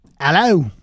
Hello